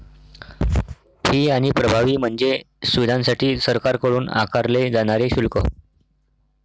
fee आणि प्रभावी म्हणजे सुविधांसाठी सरकारकडून आकारले जाणारे शुल्क